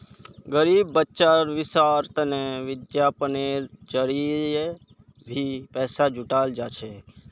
गरीब बच्चार शिक्षार तने विज्ञापनेर जरिये भी पैसा जुटाल जा छेक